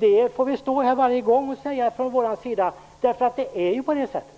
Det får vi stå här varje gång och säga från vår sida, därför att det är på det sättet.